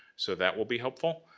so that will be helpful.